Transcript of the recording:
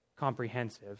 comprehensive